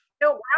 no